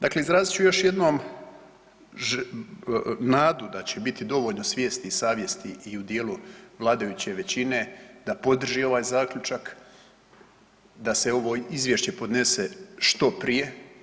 Dakle, izrazit ću još jednom nadu da će biti dovoljno svijesti, savjesti i u dijelu vladajuće većine da podrži ovaj zaključak, da se ovo Izvješće podnese što prije.